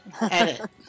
edit